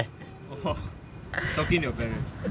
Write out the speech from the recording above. orh talking to your parents